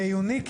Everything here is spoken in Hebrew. באנשים,